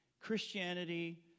Christianity